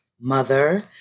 mother